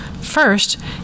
First